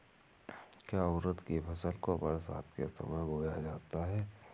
क्या उड़द की फसल को बरसात के समय बोया जाता है?